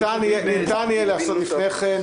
ניתן יהיה לעשות לפני כן,